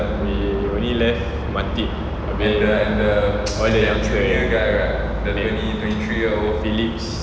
we only left mantip philips